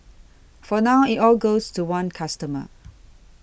for now it all goes to one customer